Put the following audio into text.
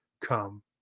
come